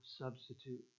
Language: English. substitute